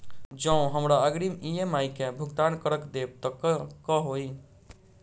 जँ हमरा अग्रिम ई.एम.आई केँ भुगतान करऽ देब तऽ कऽ होइ?